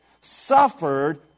suffered